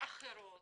אחרות